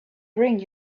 bring